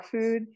food